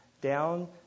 down